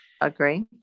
agree